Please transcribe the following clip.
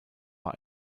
war